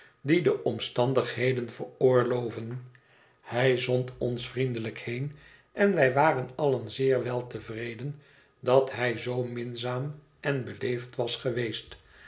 die de omstandigheden veroorloven hij zond ons vriendelijk heen en wij waren allen zeer weltevreden dat hij zoo minzaam en beleefd was geweest